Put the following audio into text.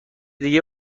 دیگه